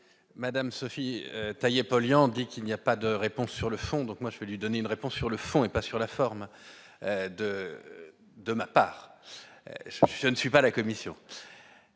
Madame Sophie Calle polluant dit qu'il n'y a pas de réponse sur le fond, donc moi je vais lui donner une réponse sur le fond et pas sur la forme de de ma part, je ne suis pas la commission,